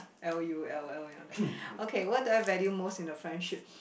L U L L and all that okay what do I value most in a friendship